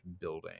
building